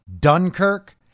Dunkirk